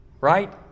right